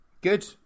good